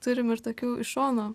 turim ir tokių iš šono